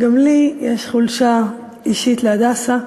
גם לי יש חולשה אישית ל"הדסה".